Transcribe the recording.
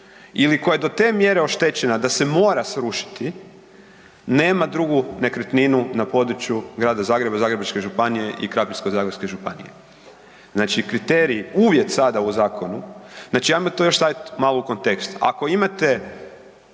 ili koja je do te mjere oštećena da se mora srušiti, nema drugu nekretninu na području Grada Zagreba, Zagrebačke županije i Krapinsko-zagorske županije. Znači kriterij, uvjet sada u zakonu, znači hajmo to još staviti malo u kontekst. Ako imate